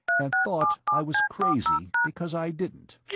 and thought i was crazy because i didn't.